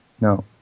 No